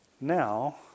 Now